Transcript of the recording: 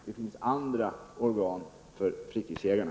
Det finns andra organ för fritidsjägarna.